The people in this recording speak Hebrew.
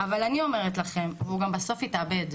אבל אני אומרת לכם, והוא גם בסוף יתאבד.